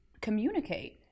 communicate